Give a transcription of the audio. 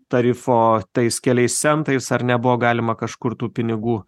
tarifo tais keliais centais ar nebuvo galima kažkur tų pinigų